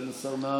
סגן השר נהרי,